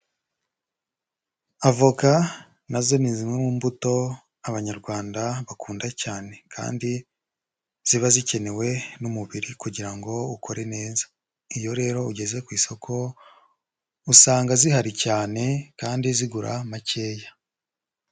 Avoka na zo ni zimwe mu mbuto Abanyarwanda bakunda cyane, kandi ziba zikenewe n'umubiri kugira ngo ukore neza, iyo rero ugeze ku isoko usanga zihari cyane kandi zigura makeya.